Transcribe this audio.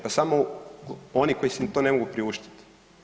Pa samo oni koji si to ne mogu priuštiti.